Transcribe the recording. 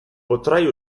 potrai